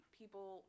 people